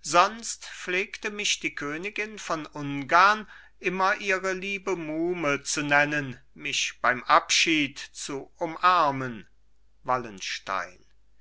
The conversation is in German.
sonst pflegte mich die königin von ungarn immer ihre liebe muhme zu nennen mich beim abschied zu umarmen wallenstein